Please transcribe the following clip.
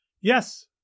Yes